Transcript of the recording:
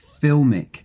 filmic